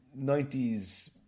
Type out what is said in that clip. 90s